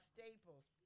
Staples